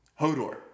Hodor